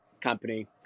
company